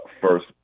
first